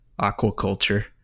aquaculture